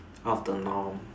out of the norm